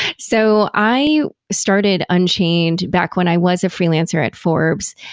so i started unchained back when i was a freelancer at forbes.